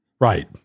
Right